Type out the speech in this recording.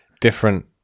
different